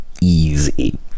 easy